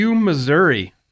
Missouri